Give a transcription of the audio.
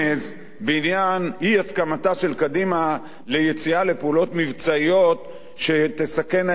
בעניין אי-הסכמתה של קדימה ליציאה לפעולות מבצעיות שתסכנה את הילדים.